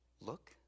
Look